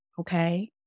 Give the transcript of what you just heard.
Okay